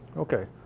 okay.